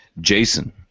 Jason